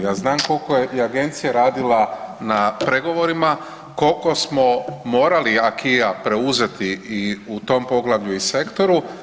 Ja znam koliko je i Agencija radila na pregovorima, koliko smo morali acquis preuzeti i u tom poglavlju i sektoru.